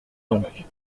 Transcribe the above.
donc